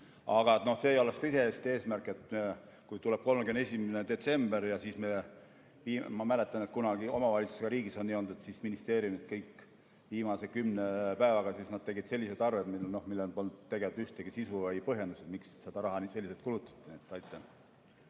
Aga see ei oleks ka iseenesest eesmärk, et kui tuleb 31. detsember ja siis me ... Ma mäletan, et kunagi omavalitsustega ja riigiga on nii olnud, et ministeeriumid kõik viimase kümne päevaga tegid selliseid arveid, millel polnud ühtegi sisu või põhjendust, miks seda raha selliselt kulutati. Aitäh!